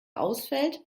ausfällt